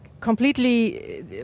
completely